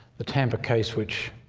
the tampa case which